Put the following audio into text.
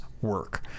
work